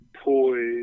poised